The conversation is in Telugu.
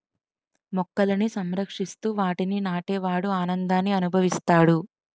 మొక్కలని సంరక్షిస్తూ వాటిని నాటే వాడు ఆనందాన్ని అనుభవిస్తాడు